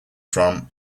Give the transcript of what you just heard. from